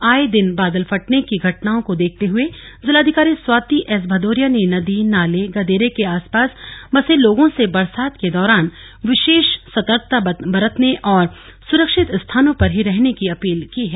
आए दिन बादल फटने की घटनाओं को देखते हए जिलाधिकारी स्वाति एस भदौरिया ने नदी नाले गदेरे के आसपास बसे लोगों से बरसात के दौरान विशेष सर्तकता बरतने और सुरक्षित स्थानों पर ही रहने की अपील की है